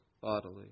bodily